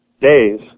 days